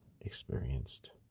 experienced